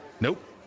Nope